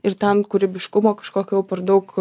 ir ten kūrybiškumo kažkokio jau per daug